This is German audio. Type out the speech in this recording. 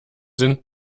sind